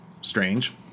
strange